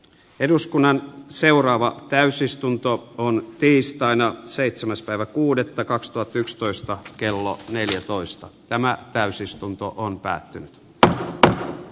eduskunnan toimintakertomus sentään on tiistaina seitsemäs päivä kuudetta kakstuhatyksitoista kello neljätoista tämä täysistuntoon päätynyt selvällä kielellä